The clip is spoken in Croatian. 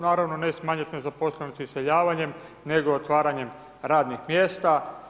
Naravno ne smanjih nezaposlenost iseljavanjem, nego otvaranjem radnih mjesta.